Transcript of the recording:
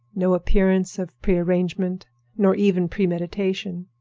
no appearance of prearrangement nor even premeditation.